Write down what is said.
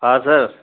हा सर